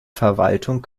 verwaltung